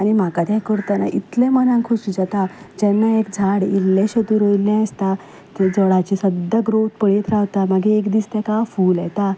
आनी म्हाका तें करतना इतलें मनाक खोशी जाता जेन्ना एक झाड इल्लेंशें तूं रोयिल्लें आसता त्या झाडाची सद्दां ग्रोथ पळयत रावता मागीर एक दीस ताका फूल येता